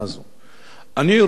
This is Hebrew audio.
אני רוצה רק להזכיר